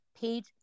page